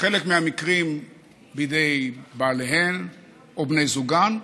בחלק מהמקרים בידי בעליהן או בני זוגן,